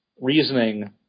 reasoning